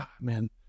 Man